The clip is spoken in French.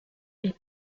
est